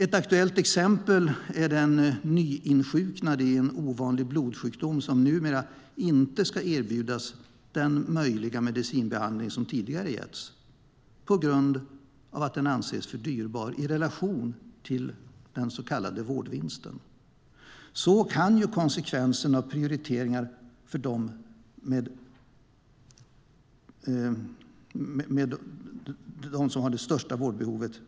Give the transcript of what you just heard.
Ett aktuellt exempel är den nyinsjuknade i en ovanlig blodsjukdom som numera inte ska erbjudas den möjliga medicinbehandling som tidigare getts på grund av att den anses för dyrbar i relation till den så kallade vårdvinsten. Så kan konsekvensen av prioriteringar för dem som har det största vårdbehovet